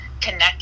connect